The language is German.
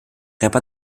rapper